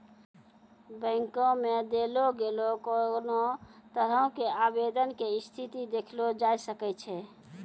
बैंको मे देलो गेलो कोनो तरहो के आवेदन के स्थिति देखलो जाय सकै छै